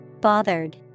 Bothered